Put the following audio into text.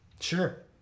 Sure